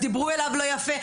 דורית,